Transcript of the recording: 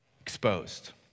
Exposed